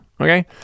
okay